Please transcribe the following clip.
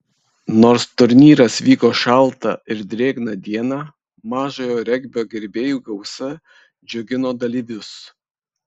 nors turnyras vyko šaltą ir drėgną dieną mažojo regbio gerbėjų gausa džiugino dalyvius